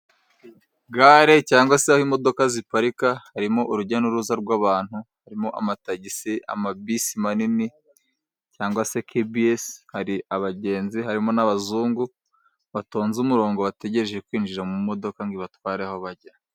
Gare cyangwa se imodoka ziparika, harimo urujya n'uruza rw'abantu, harimo amatagisi, amabisi manini cyangwa se Keyibiyese, hari abagenzi harimo n'abazungu batonze umurongo bategereje kwinjira mu modoka ngo ibatware aho bajya.